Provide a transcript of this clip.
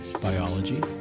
biology